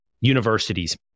universities